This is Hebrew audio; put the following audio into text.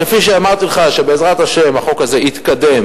כפי שאמרתי לך שבעזרת השם החוק הזה יתקדם